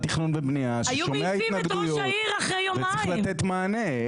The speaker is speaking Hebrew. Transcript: תכנון ובנייה ששומע התנגדויות וצריך לתת מענה,